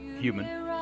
Human